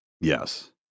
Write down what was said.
Yes